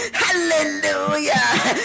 Hallelujah